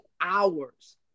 hours